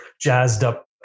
jazzed-up